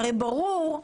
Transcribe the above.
הרי ברור,